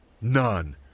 none